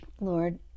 Lord